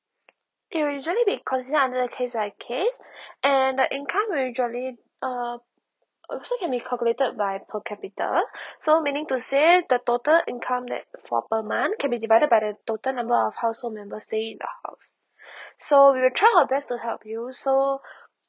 it'll usually be consider under case by case and the income will usually uh also can be calculated by per capital so meaning to say the total income that for per month can be divided by the total number of household member staying in your house so we'll try our best to help you so